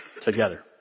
together